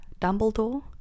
Dumbledore